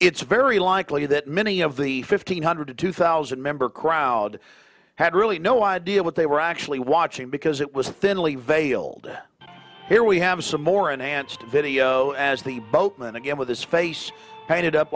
it's very likely that many of the fifteen hundred to two thousand member crowd had really no idea what they were actually watching because it was a thinly veiled here we have some more ananth video as the boatman again with his face painted up